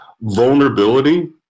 vulnerability